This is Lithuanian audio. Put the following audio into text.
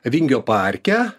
vingio parke